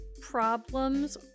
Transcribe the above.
problems